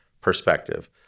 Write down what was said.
perspective